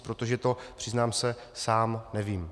Protože to, přiznám se, sám nevím.